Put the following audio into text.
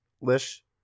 lish